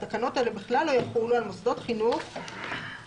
התקנות האלה בכלל לא יחולו על "מוסדות חינוך שפעילותם